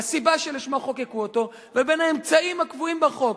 הסיבה שלשמה חוקקו אותו לבין האמצעים הקבועים בחוק.